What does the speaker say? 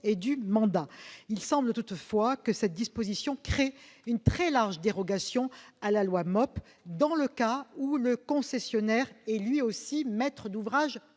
et du mandat. Il semble toutefois que cette disposition crée une très large dérogation à la loi MOP, dans les cas où le concessionnaire est, lui aussi, maître d'ouvrage